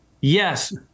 yes